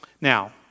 Now